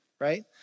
right